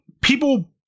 people